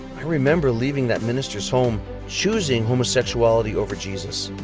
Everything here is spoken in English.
i remember leaving that minister's home choosing homosexuality over jesus.